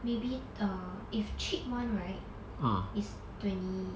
maybe err if cheap one right is twenty